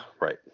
right